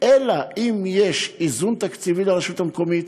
אלא אם יש איזון תקציבי לרשות המקומית,